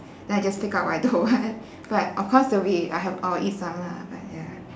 then I just take out what I don't want but of course there'll be I have I will eat some lah but ya